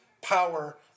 power